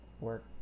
work